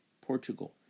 Portugal